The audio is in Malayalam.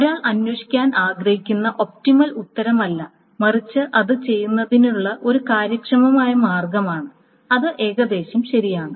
ഒരാൾ അന്വേഷിക്കാൻ ആഗ്രഹിക്കുന്ന ഒപ്റ്റിമൽ ഉത്തരമല്ല മറിച്ച് അത് ചെയ്യുന്നതിനുള്ള ഒരു കാര്യക്ഷമമായ മാർഗമാണ് അത് ഏകദേശം ശരിയാണ്